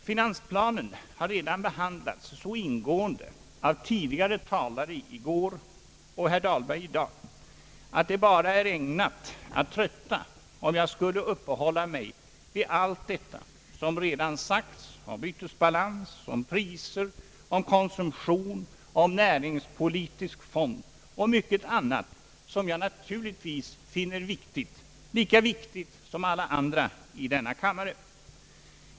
Finansplanen har redan behandlats så ingående av tidigare talare i går och av herr Dahlberg i dag, att det bara vore ägnat att trötta om jag skulle uppehålla mig vid allt det som redan sagts om bytesbalans, om priser och konsumtion, om den näringspolitiska fonden och mycket annat, som jag naturligtvis finner viktigt — lika viktigt som alla andra i denna kammare.